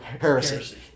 heresy